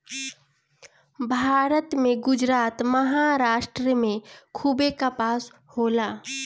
भारत में गुजरात, महाराष्ट्र में खूबे कपास होला